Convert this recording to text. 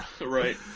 right